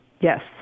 Yes